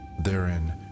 Therein